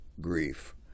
grief